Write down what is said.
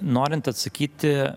norint atsakyti